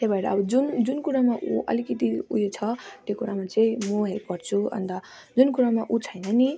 त्यही भएर अब जुन जुन कुरामा ऊ अलिकति उयो छ त्यो कुरामा चाहिँ म हेल्प गर्छु अन्त जुन कुरामा ऊ छैन नि